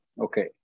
Okay